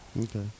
Okay